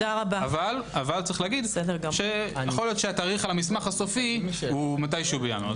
אבל אולי התאריך על המסמך הסופי הוא מתישהו בינואר.